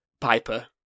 Piper